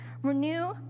Renew